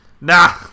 Nah